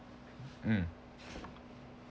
mm